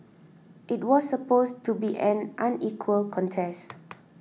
it was supposed to be an unequal contest